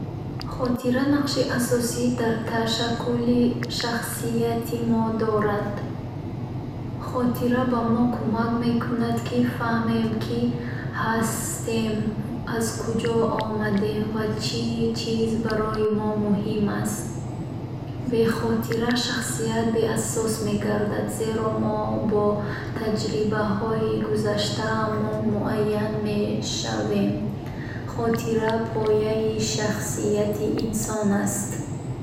Хотира нақши асосӣ дар ташаккули шахсияти мо дорад. Хотира ба мо кумак мекунад, ки фаҳмем кӣ ҳастем, аз куҷо омадем ва чӣ чиз барои мо муҳим аст. Бе хотира шахсият беасос мегардад, зеро мо бо таҷрибаҳои гузаштаамон муайян мешавем. Хотира пояи шахсияти инсон аст.